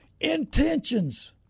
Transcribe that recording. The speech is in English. Intentions